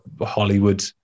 Hollywood